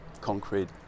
concrete